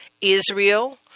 Israel